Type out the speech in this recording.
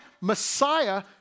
Messiah